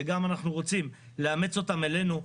שגם אנחנו רוצים לאמץ אותן אלינו.